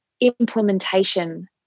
implementation